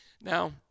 Now